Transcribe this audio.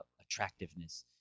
attractiveness